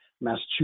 massachusetts